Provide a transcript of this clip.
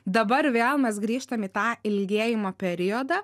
dabar vėl mes grįžtam į tą ilgėjimo periodą